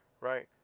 right